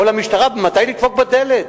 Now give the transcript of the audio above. או למשטרה מתי לדפוק בדלת?